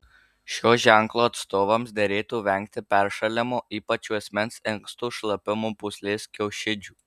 šio ženklo atstovams derėtų vengti peršalimo ypač juosmens inkstų šlapimo pūslės kiaušidžių